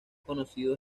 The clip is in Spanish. conocido